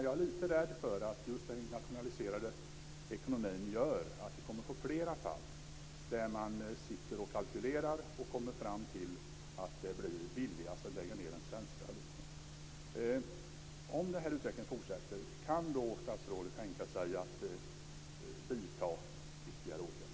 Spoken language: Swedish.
Jag är lite rädd för att den internationaliserade ekonomin gör att vi får fler fall där man sitter och kalkylerar och kommer fram till att det blir billigast att lägga ned den svenska fabriken. Om den utvecklingen fortsätter, kan då statsrådet tänka sig att vidta ytterligare åtgärder?